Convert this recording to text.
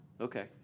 Okay